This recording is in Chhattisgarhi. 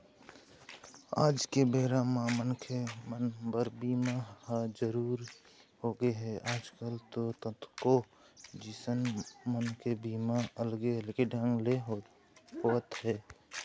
आज के बेरा म मनखे मन बर बीमा ह जरुरी होगे हे, आजकल तो कतको जिनिस मन के बीमा अलगे अलगे ढंग ले होवत हे